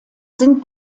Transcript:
sind